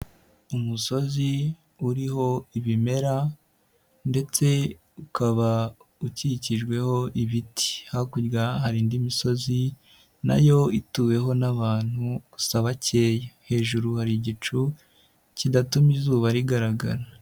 Umusozi uriho ibimera ndetse ukaba ukikijweho ibiti. Hakurya hari indi misozi, na yo ituweho n'abantu gusa bakeya, hejuru hari igicu kidatuma izuba rigaragara.